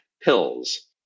pills